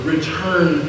Return